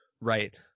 Right